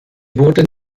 wurden